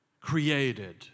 created